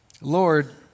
Lord